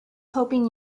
hoping